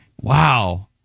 Wow